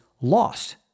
lost